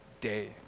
day